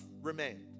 remained